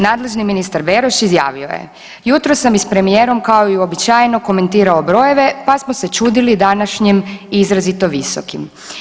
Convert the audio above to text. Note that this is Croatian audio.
Nadležni ministar Beroš izjavio je, jutros sam i s premijerom kao i uobičajeno komentirao brojeve pa smo se čudili današnjim izrazito visokim.